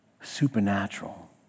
supernatural